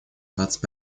двадцать